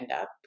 up